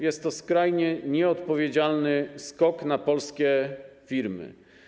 Jest to skrajnie nieodpowiedzialny skok na polskie firmy.